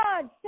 God